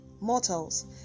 mortals